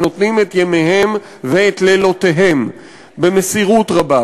שנותנים את ימיהם ואת לילותיהם במסירות רבה,